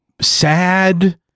sad